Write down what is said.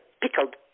pickled